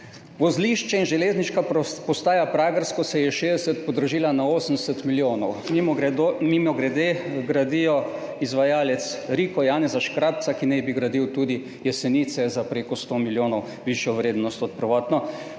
Vozlišče in železniška postaja Pragersko se je s 60 podražila na 80 milijonov. Mimogrede, gradi jo izvajalec Riko Janeza Škrabca, ki naj bi gradil tudi Jesenice za prek 100 milijonov višjo vrednost od prvotno